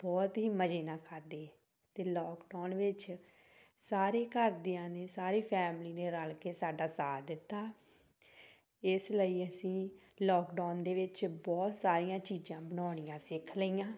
ਬਹੁਤ ਹੀ ਮਜ਼ੇ ਨਾਲ ਖਾਧੇ ਅਤੇ ਲੋਕਡੌਨ ਵਿੱਚ ਸਾਰੇ ਘਰਦਿਆਂ ਨੇ ਸਾਰੀ ਫੈਮਿਲੀ ਨੇ ਰਲ ਕੇ ਸਾਡਾ ਸਾਥ ਦਿੱਤਾ ਇਸ ਲਈ ਅਸੀਂ ਲੋਕਡੌਨ ਦੇ ਵਿੱਚ ਬਹੁਤ ਸਾਰੀਆਂ ਚੀਜ਼ਾਂ ਬਣਾਉਣੀਆਂ ਸਿੱਖ ਲਈਆਂ